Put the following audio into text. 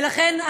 ולכן,